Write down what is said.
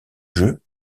jeu